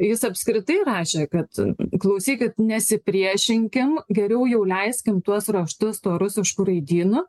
jis apskritai rašė kad klausykit nesipriešinkim geriau jau leiskim tuos raštus tuo rusišku raidynu